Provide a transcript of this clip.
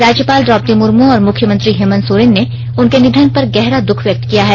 राज्यपाल द्रोपदी मुर्मे और मुख्यमंत्री हेमंत सोरेन ने उनके निधन पर गहरा दुख व्यक्त किया है